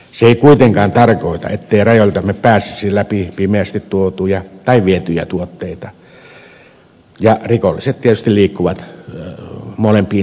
se ei kuitenkaan tarkoita ettei rajoiltamme pääsisi läpi pimeästi tuotuja tai vietyjä tuotteita ja rikolliset tietysti liikkuvat molempiin suuntiin